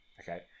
Okay